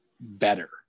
better